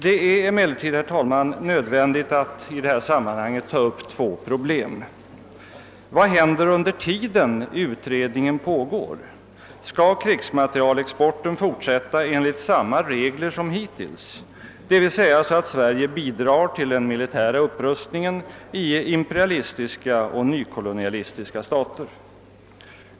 Det är emellertid, herr talman, nödvändigt att i det här sammanhanget något beröra två frågor. Vad händer under tiden utredningen pågår? Skall krigsmaterielexporten fortsätta enligt samma regler som hittills, d.v.s. så att Sverige bidrar till den militära upprustningen i imperialistiska och nykolonialistiska stater?